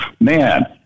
man